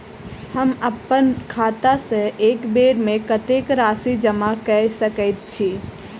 हम अप्पन खाता सँ एक बेर मे कत्तेक राशि जमा कऽ सकैत छी?